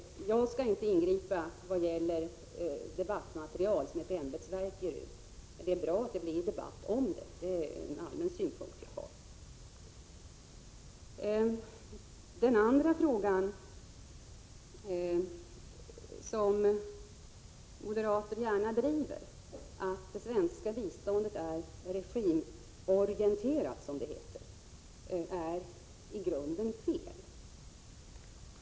Jag skall inte ingripa vad gäller debattmaterial som ett ämbetsverk ger ut. Men det är bra att det blir debatt om materialet — det är en allmän synpunkt jag har. Den andra frågan, som moderater gärna driver, baseras på påståendet att det svenska biståndet är regimorienterat, som det heter. Detta är i grunden fel.